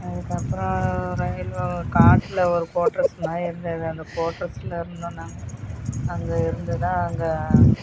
அதுக்கு அப்புறம் ரயில்வே காட்டில் ஒரு கோர்ட்டர்ஸ் மாதிரி இருந்தது அந்த கோர்ட்டர்ஸ்சில் இருந்தோம் நாங்கள் அங்கே இருந்துதான் அங்கே